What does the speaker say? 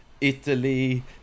Italy